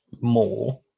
more